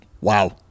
wow